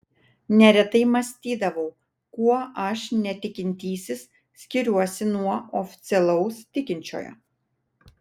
neretai mąstydavau kuo aš netikintysis skiriuosi nuo oficialaus tikinčiojo